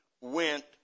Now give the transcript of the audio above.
went